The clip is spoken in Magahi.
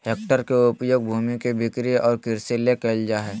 हेक्टेयर के उपयोग भूमि के बिक्री और कृषि ले कइल जाय हइ